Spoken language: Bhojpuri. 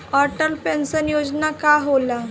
अटल पैंसन योजना का होला?